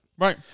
Right